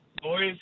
boys